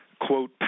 quote